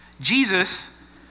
Jesus